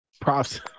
Props